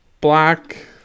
black